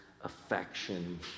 affection